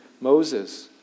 Moses